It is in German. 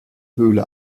höhle